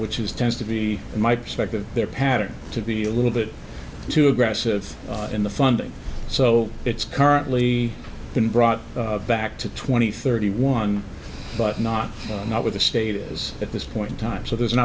which is tends to be in my perspective their pattern to be a little bit too aggressive in the funding so it's currently been brought back to twenty thirty one but not with the state is at this point in time so there's an